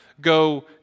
go